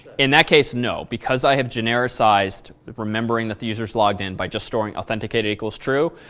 in that case, no, because i have genericized remembering that the users logged in by just storing authenticated equals true.